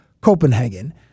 Copenhagen